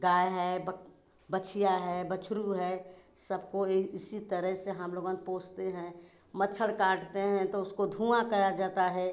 गाय है बछिया है बछरू है सबको यही इसी तरह से हम लोगन पोछते हैं मच्छर काटते हैं तो उसको धुँआ करा जाता है